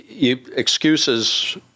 excuses